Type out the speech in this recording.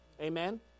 Amen